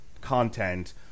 content